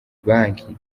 banki